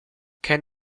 ken